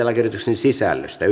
lakiehdotuksen sisällöstä